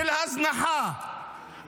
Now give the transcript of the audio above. של הזנחה,